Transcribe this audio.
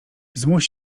zmuś